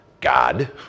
God